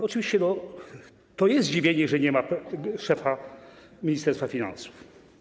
Oczywiście to budzi zdziwienie, że nie ma szefa Ministerstwa Finansów.